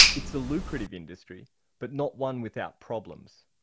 it's a lucrative industry but not one without problems.